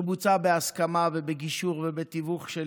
שבוצעה בהסכמה ובגישור ובתיווך שלי,